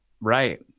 right